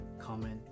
comment